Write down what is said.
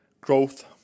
growth